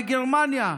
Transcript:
בגרמניה.